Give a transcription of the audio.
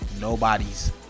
nobody's